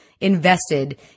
invested